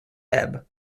ebb